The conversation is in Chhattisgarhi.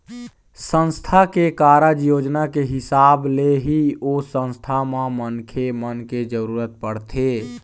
संस्था के कारज योजना के हिसाब ले ही ओ संस्था म मनखे मन के जरुरत पड़थे